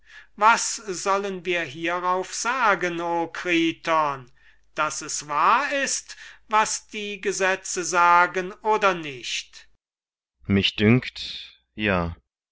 was sollen wir hierauf sagen o kriton daß es wahr ist was die gesetze sagen oder nicht kriton mich dünkt ja